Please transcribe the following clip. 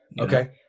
okay